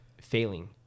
failing